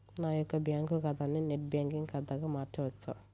నా యొక్క బ్యాంకు ఖాతాని నెట్ బ్యాంకింగ్ ఖాతాగా మార్చవచ్చా?